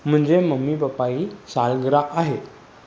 मुंहिंजे mummy papa जी सालगिराह आहे